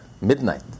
midnight